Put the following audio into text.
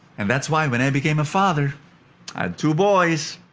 and that's why, when i became a father, i had two boys.